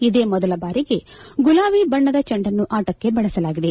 ಇದೇ ಮೊದಲ ಬಾರಿಗೆ ಗುಲಾಬಿ ಬಣ್ಣದ ಚೆಂಡನ್ನು ಆಟಕ್ಕೆ ಬಳಸಲಾಗಿದೆ